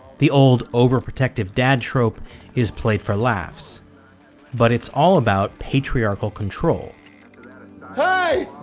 the old overprotective dad trope is played for laughs but it's all about patriarchal control hey!